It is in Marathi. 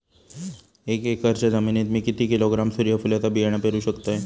एक एकरच्या जमिनीत मी किती किलोग्रॅम सूर्यफुलचा बियाणा पेरु शकतय?